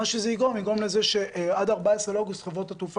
זה יגרום לזה שעד 14 באוגוסט חברות התעופה